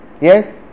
Yes